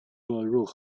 入口